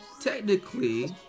Technically